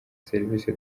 serivisi